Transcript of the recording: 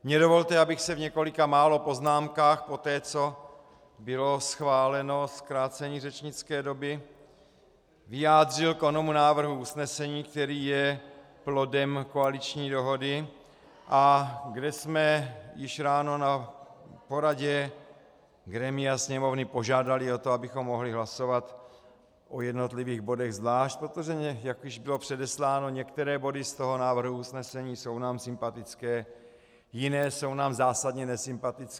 Mně dovolte, abych se v několika málo poznámkách poté, co bylo schváleno zkrácení řečnické doby, vyjádřil k onomu návrhu usnesení, který je plodem koaliční dohody, kde jsme již ráno na poradě grémia Sněmovny požádali o to, abychom mohli hlasovat o jednotlivých bodech zvlášť, protože jak již bylo předesláno, některé body z toho návrhu usnesení jsou nám sympatické, jiné jsou nám zásadně nesympatické.